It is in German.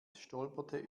stolperte